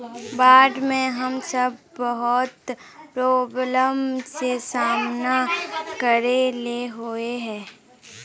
बाढ में हम सब बहुत प्रॉब्लम के सामना करे ले होय है?